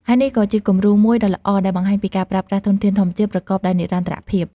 ហើយនេះក៏ជាគំរូមួយដ៏ល្អដែលបង្ហាញពីការប្រើប្រាស់ធនធានធម្មជាតិប្រកបដោយនិរន្តរភាព។